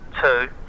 two